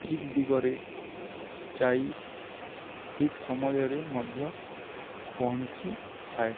ଠିକ୍ ଦିଗରେ ଯାଇ ଠିକ୍ ସମୟରେ ମଧ୍ୟ ପହଞ୍ଚିଥାଏ